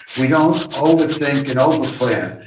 we don't over-think and over-plan.